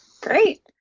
Great